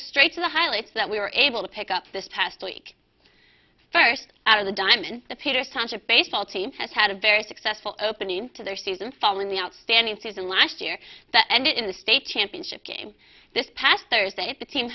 straight to the highlights that we were able to pick up this past week first out of the diamond the peter township baseball team has had a very successful opening to their season following the outstanding season last year and in the state championship game this past thursday the team